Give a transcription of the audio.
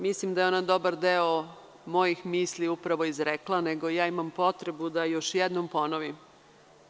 Mislim da je ona dobar deo mojih misli upravo izrekla, nego ja imam potrebu da još jednom ponovim.